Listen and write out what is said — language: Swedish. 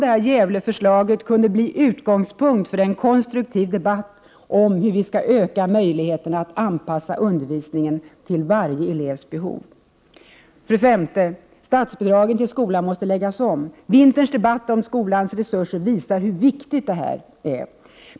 Det vore bra om Gävleförslaget kunde bli utgångspunkt för en konstruktiv debatt om hur vi skall öka möjligheterna att anpassa undervisningen till varje elevs behov. 5. Statsbidraget till skolan måste läggas om. Vinterns debatt om skolans resurser visar hur viktigt det är.